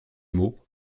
mots